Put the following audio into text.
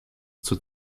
zur